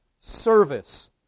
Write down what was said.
service